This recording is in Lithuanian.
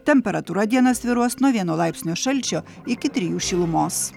temperatūra dieną svyruos nuo vieno laipsnio šalčio iki trijų šilumos